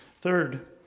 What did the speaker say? Third